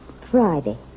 Friday